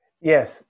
yes